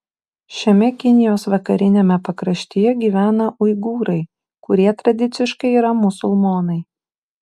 šiame kinijos vakariniame pakraštyje gyvena uigūrai kurie tradiciškai yra musulmonai